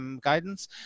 guidance